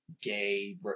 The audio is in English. gay